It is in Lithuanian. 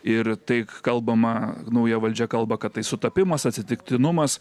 ir tai kalbama nauja valdžia kalba kad tai sutapimas atsitiktinumas